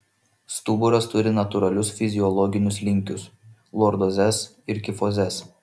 stuburas turi natūralius fiziologinius linkius lordozes ir kifozes